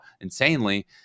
insanely